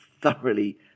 thoroughly